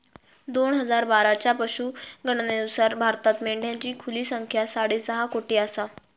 दोन हजार बाराच्या पशुगणनेनुसार भारतात मेंढ्यांची खुली संख्या साडेसहा कोटी आसा